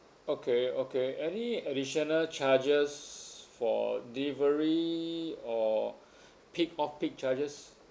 okay okay any additional charges for delivery or peak off-peak charges